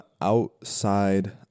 outside